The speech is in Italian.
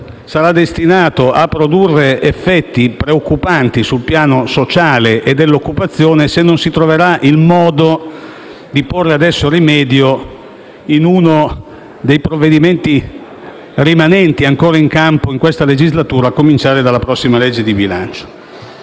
sarà destinato a produrre effetti preoccupanti sul piano sociale e dell'occupazione, se non si troverà il modo di porvi rimedio in uno dei provvedimenti rimanenti ancora in campo in questa legislatura, a cominciare dalla prossima legge di bilancio.